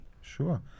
Sure